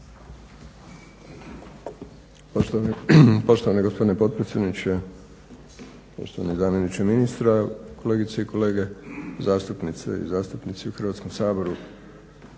Poštovani gospodine potpredsjedniče, poštovani zamjeniče ministra, kolegice i kolege, zastupnice i zastupnici u Hrvatskom saboru.